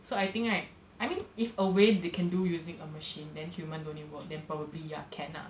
so I think right I mean if a way they can do using a machine then human don't need work then probably ya can lah